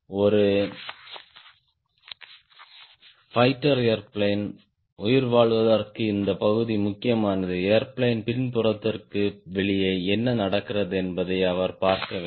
ஒரு fighter airplane உயிர்வாழ்வதற்கு இந்த பகுதி முக்கியமானது ஏர்பிளேன் பின்புறத்திற்கு வெளியே என்ன நடக்கிறது என்பதை அவர் பார்க்க வேண்டும்